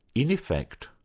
in effect,